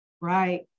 Right